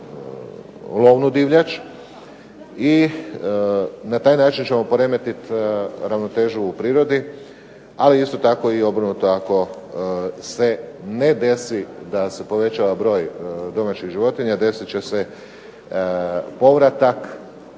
lovnu divljač i na taj način ćemo poremetiti ravnotežu u prirodi, ali isto tako i obrnuto ako se ne desi da se povećava broj domaćih životinja, desit će se povratak